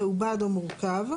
מעובד או מורכב,